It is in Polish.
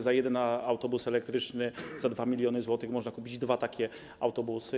Za jeden autobus elektryczny za 2 mln zł można kupić dwa takie autobusy.